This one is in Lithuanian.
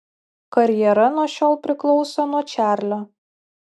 karjera nuo šiol priklauso nuo čarlio